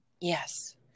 Yes